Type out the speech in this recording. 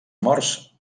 morts